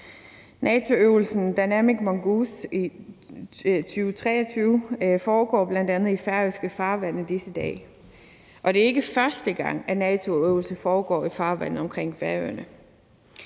NATO-øvelsen Dynamic Mongoose i 2023 foregår bl.a. i færøske farvande i disse dage, og det er ikke første gang, at en NATO-øvelse foregår i farvandet omkring Færøerne.